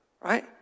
right